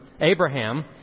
Abraham